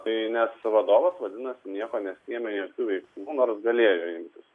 tai nes vadovas vadinasi nieko nesiėmė jokių veiksmų nors galėjo imtis